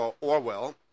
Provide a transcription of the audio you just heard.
Orwell